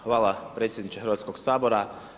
Hvala predsjedniče Hrvatskoga sabora.